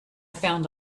found